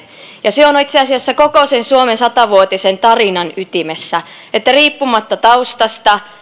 ja se on on itse asiassa koko sen suomen sata vuotisen tarinan ytimessä se että riippumatta taustasta ja